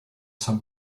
some